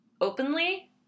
openly